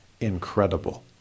incredible